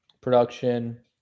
production